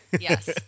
Yes